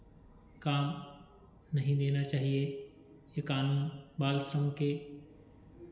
काम नहीं देना चाहिए ये कानून बालश्रम के